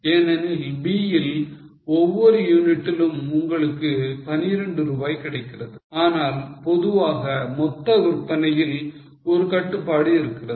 ஏனெனில் B ல் ஒவ்வொரு யூனிட்டிலும் உங்களுக்கு 12 ரூபாய் கிடைக்கிறது ஆனால் பொதுவாக மொத்த விற்பனையில் ஒரு கட்டுப்பாடு இருக்கிறது